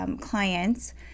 clients